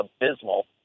abysmal